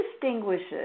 distinguishes